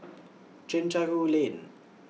Chencharu Lane